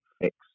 fix